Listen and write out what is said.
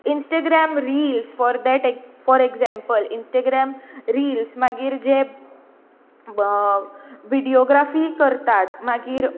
Instagram reels for that for example Instagram reels मागीर जे videography करतात मागीर